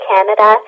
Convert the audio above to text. Canada